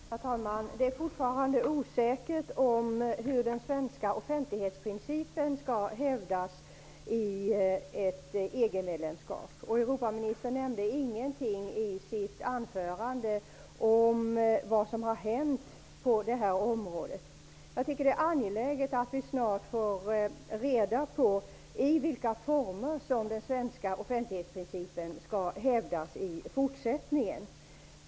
Herr talman! Det är fortfarande osäkert hur den svenska offentlighetsprincipen skall hävdas i ett EG-medlemskap. Europaministern nämnde ingenting i sitt anförande om vad som har hänt på området. bJag tycker det är angeläget att vi snart får reda på i vilka former som den svenska offentlighetsprincipen i fortsättning skall hävdas.